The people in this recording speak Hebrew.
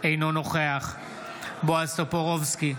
אינו נוכח בועז טופורובסקי,